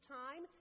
time